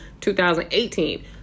2018